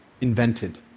invented